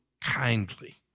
kindly